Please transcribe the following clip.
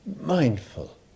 mindful